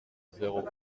zéro